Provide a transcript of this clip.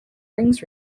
rings